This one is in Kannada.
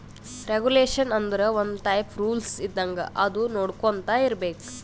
ರೆಗುಲೇಷನ್ ಆಂದುರ್ ಒಂದ್ ಟೈಪ್ ರೂಲ್ಸ್ ಇದ್ದಂಗ ಅದು ನೊಡ್ಕೊಂತಾ ಇರ್ಬೇಕ್